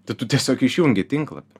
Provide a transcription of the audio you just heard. tai tu tiesiog išjungi tinklapį